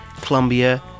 Colombia